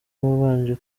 wabanje